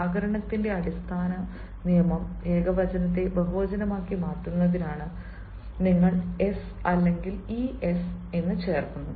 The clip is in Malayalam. വ്യാകരണത്തിന്റെ അടിസ്ഥാന നിയമം ഏകവചനത്തെ ബഹുവചനമാക്കി മാറ്റുന്നതിനാണ് നിങ്ങൾ 's' അല്ലെങ്കിൽ 'es' ചേർക്കുക